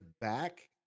back